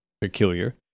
peculiar